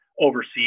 overseas